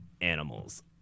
animals